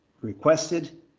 requested